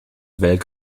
welk